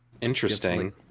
Interesting